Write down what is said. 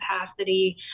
capacity